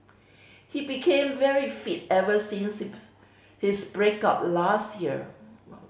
he became very fit ever since his his break up last year